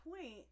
point